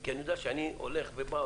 כי אני יודע שאני הולך בא,